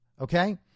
Okay